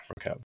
Africa